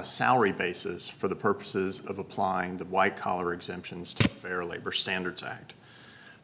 a salary basis for the purposes of applying the white collar exemptions to fair labor standards act